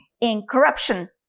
incorruption